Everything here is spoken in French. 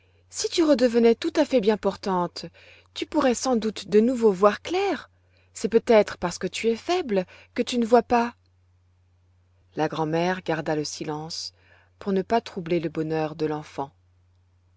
si tu redevenais tout à fait bien portante tu pourrais sans doute de nouveau voir clair c'est peut-être parce que tu es faible que tu ne vois pas la grand'mère garda le silence pour ne pas troubler le bonheur de l'enfant